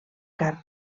carn